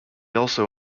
also